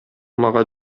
мага